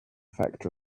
factor